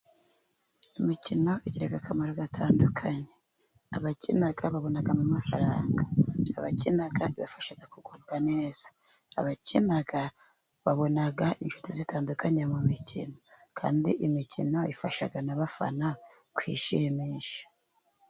Imikino igira akamaro gatandukanye, abakina babonamo amafaranga, abakina kandi bafasha kugubwa neza, abakina babonaga inshuti zitandukanye mu mikino kandi imikino ifasha n'abafana kwishimisha.